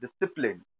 discipline